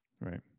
Right